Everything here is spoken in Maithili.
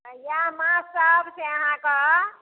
आ इएह माछसभ से अहाँकेँ